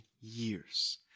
years